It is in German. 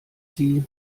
sie